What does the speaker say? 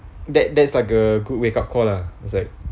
that that's like a good wake up call lah is like